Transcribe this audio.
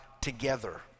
together